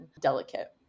delicate